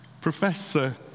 Professor